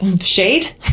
shade